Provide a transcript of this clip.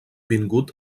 vingut